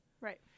Right